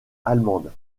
allemande